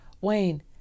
Wayne